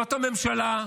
זאת הממשלה,